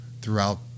throughout